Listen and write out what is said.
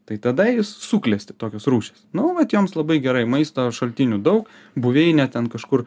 tai tada jis suklesti tokios rūšys nu vat joms labai gerai maisto šaltinių daug buveinė ten kažkur